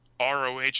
ROH